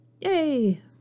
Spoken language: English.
Yay